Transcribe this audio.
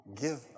Give